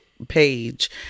page